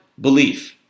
belief